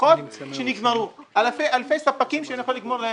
משפחות שנגמרו ומול אלפי ספקים שאני לא יכול לשלם להם.